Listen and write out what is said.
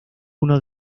uno